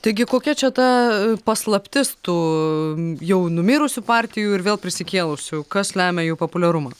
taigi kokia čia ta paslaptis tu jau numirusių partijų ir vėl prisikėlusių kas lemia jų populiarumą